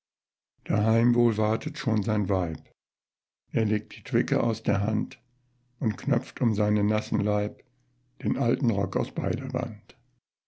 wohl wartet schon sein weib er legt die twicke aus der hand und knöpft um seinen nassen leib den alten rock aus